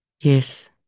Yes